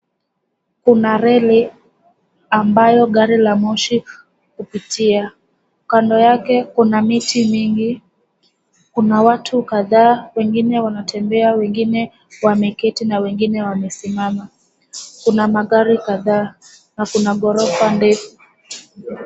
Kuna reli ambayo gari la moshi hupitia. Kando yake kuna miti mingi, kuna watu kadhaa, wengine wanatembea, wengine wameketi, na wengine wamesimama. Kuna magari kadhaa na kuna ghorofa ndefu.